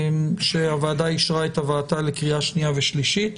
שהוועדה אישרה את הבאתה לקריאה שנייה ושלישית.